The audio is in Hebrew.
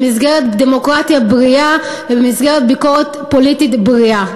במסגרת דמוקרטיה בריאה ובמסגרת ביקורת פוליטית בריאה.